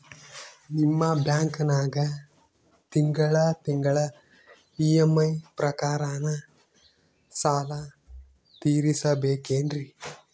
ನಿಮ್ಮ ಬ್ಯಾಂಕನಾಗ ತಿಂಗಳ ತಿಂಗಳ ಇ.ಎಂ.ಐ ಪ್ರಕಾರನ ಸಾಲ ತೀರಿಸಬೇಕೆನ್ರೀ?